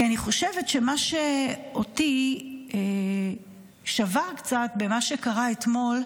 כי אני חושבת שמה שאותי שבר קצת במה שקרה אתמול,